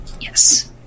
Yes